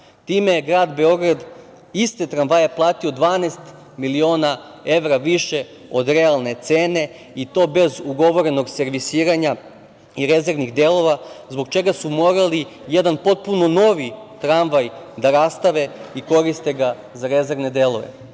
Time je grad Beograd iste tramvaje platio 12 miliona evra više od realne cene i to bez ugovorenog servisiranja i rezervnih delova, zbog čega su morali jedan potpuno novi tramvaj da rastave i koriste ga za rezervne delove.